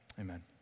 Amen